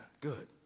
good